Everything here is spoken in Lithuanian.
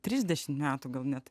trisdešimt metų gal net